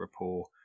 rapport